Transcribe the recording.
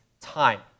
time